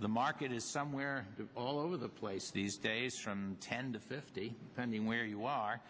the market is somewhere all over the place these days from ten to fifty pending where you